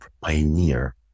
pioneer